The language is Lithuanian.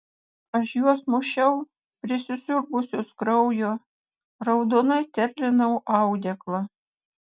aš juos mušiau prisisiurbusius kraujo raudonai terlinau audeklą